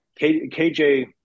KJ